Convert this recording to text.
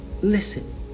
Listen